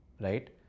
right